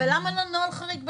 ולמה לא בנוהל חריג.